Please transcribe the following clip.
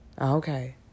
Okay